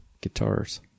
guitars